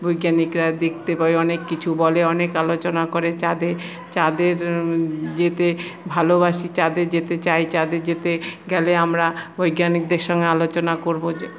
বৈজ্ঞানিকরা দেখতে পায় অনেক কিছু বলে অনেক আলোচনা করে চাঁদে চাঁদের যেতে ভালবাসি চাঁদে যেতে চাই চাঁদে যেতে গেলে আমরা বৈজ্ঞানিকদের সঙ্গে আলোচনা করবো যে